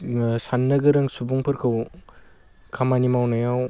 साननो गोरों सुबुंफोरखौ खामानि मावनायाव